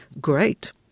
great